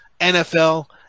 NFL